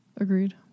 Agreed